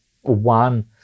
one